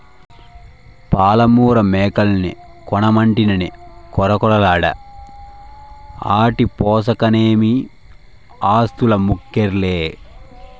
పాలమూరు మేకల్ని కొనమంటినని కొరకొరలాడ ఆటి పోసనకేమీ ఆస్థులమ్మక్కర్లే